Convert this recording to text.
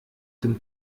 dem